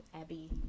abby